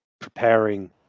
preparing